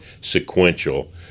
sequential